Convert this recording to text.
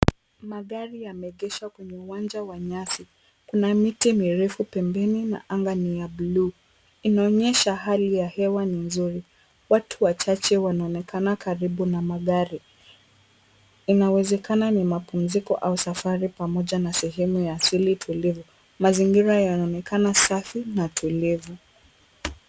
Magari yamegeshwa kwenye uwanja wa nyasi, kuna miti mirefu pembeni na anga ni ya buluu. Inaonyesha hali ya hewa ni nzuri, Watu wachache wanaonekana karibu na magari, Inawezekana ni mapumziko au safari pamoja na sehemu ya asili tulivu, mazingira yanaonekana safi na tulivu.